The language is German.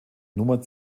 nummer